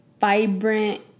vibrant